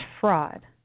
fraud